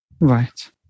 Right